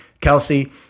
Kelsey